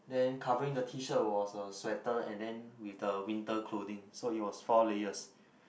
then covering the T-shirt was a sweater and then with the winter clothing so it was four layers